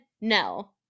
no